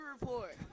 report